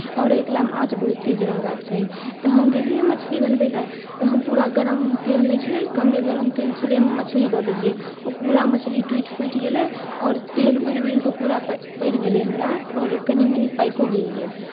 आओर ओहि कालमे आँच बहुत तेज रहबाक चाही तऽ हम गेलियै मछली बनबय लेल तऽ हम पूरा गरम तेल नहि छलै कमे गरम तेल छलै ओहिमे मछली दऽ देलियै ओ पूरा मछली टुटि फुटि गेलै आओर तेल उड़ि उड़ि कऽ पूरा पड़ि गेलै हमरा आओर हम कनि मनि पाकिओ गेलियै